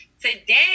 Today